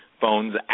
phones